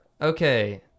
Okay